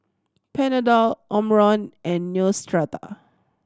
Panadol Omron and Neostrata